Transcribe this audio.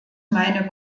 meine